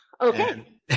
Okay